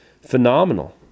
Phenomenal